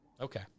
Okay